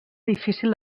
difícil